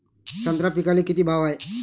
संत्रा पिकाले किती भाव हाये?